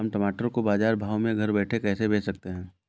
हम टमाटर को बाजार भाव में घर बैठे कैसे बेच सकते हैं?